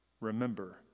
remember